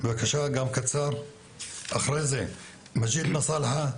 אחרי זה מג'יד מסאלחה,